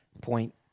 point